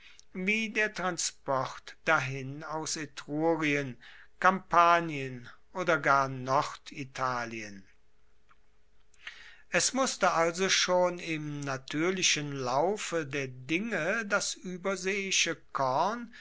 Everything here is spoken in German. wie der transport dahin aus etrurien kampanien oder gar norditalien es musste also schon im natuerlichen laufe der dinge das ueberseeische korn